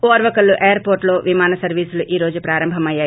ఓర్వకల్తు ఎయిర్పోర్షులో విమాన సరీసులు ఈరోజు ప్రారంభమయ్యాయి